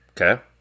okay